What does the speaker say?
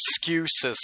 excuses